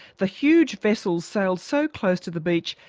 the huge vessels sailed so close to the beach,